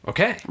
Okay